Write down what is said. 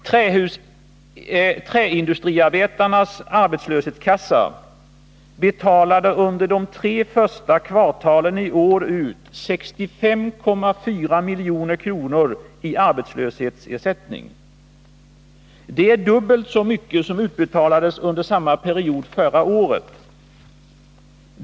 Träindustriarbetarnas arbetslöshetskassa betalade under de tre första kvartalen i år ut 65,4 milj.kr. i arbetslöshetsersättning. Det är dubbelt så mycket som utbetalades under samma period förra året.